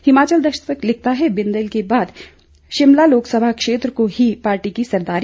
हिमाचल दस्तक लिखता है बिंदल के बाद शिमला लोकसभा क्षेत्र को ही पार्टी की सरदारी